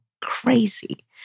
crazy